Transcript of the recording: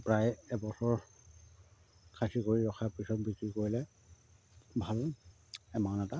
প্ৰায় এবছৰ খাচী কৰি ৰখাৰ পিছত বিক্ৰী কৰিলে ভাল এমাউণ্ট এটা